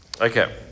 Okay